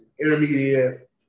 intermediate